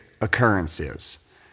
occurrences